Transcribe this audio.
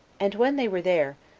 and when they were there,